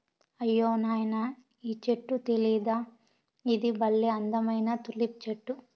అయ్యో నాయనా ఈ చెట్టు తెలీదా ఇది బల్లే అందమైన తులిప్ చెట్టు